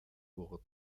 wurde